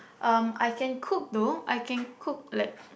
um I can cook though I can cook like